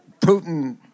Putin